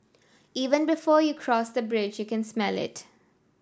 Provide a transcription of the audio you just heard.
even before you cross the bridge you can smell it